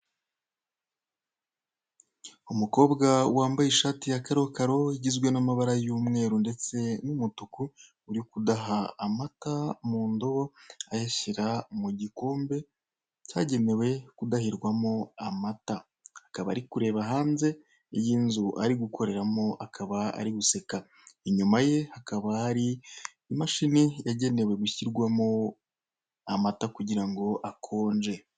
Umukobwa wambaye ishati ya karokaro igizwe n'amabara y'umweru ndetse n'umutuku, uri kudaha amata mu ndobo ayashyira mu gikombe cyagenewe kudahirwamo amata. Akaba ari kureba hanze, iyi nzu ari gukoreramo akaba ari guseka. Inyuma ye hakaba hari imashini yagenewe gushyirwamo amata kugira ngo akonje.